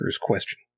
question